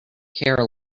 care